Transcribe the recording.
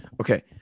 okay